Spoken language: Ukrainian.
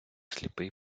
сліпий